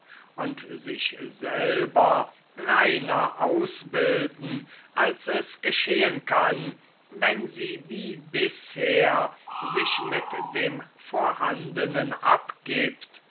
und sich selber reiner ausbilden als es geschehen kann wenn sie wie bisher sich mit dem vorhandenen abgibt